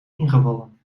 ingevallen